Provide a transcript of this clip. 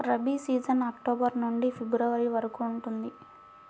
rabi season October నుండి February వరకు ఉంటుంది